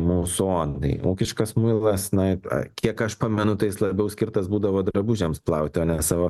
mūsų odai ūkiškas muilas na kiek aš pamenu tai jis labiau skirtas būdavo drabužiams plauti o ne savo